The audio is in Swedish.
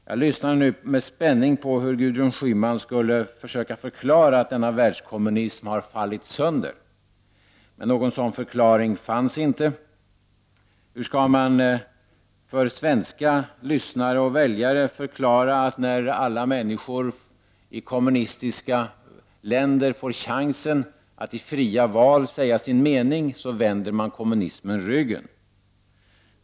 Jag lyssnade med spänning på hur Gudrun Schyman skulle försöka förklara att denna världskommunism har fallit sönder, men någon sådan förklaring gavs inte. Hur skall man för svenska lyssnare och väljare förklara att när alla människor i kommunistiska länder får chansen att i fria val säga sin mening, vänder de kommunismen ryggen?